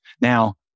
Now